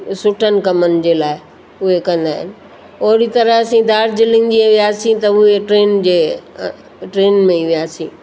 सुठनि कमनि जे लाइ उहे कंदा आहिनि ओड़ी तरह असीं दार्जलिंग में वियासीं त उहे ट्रेन जे ट्रेन में ई वियासीं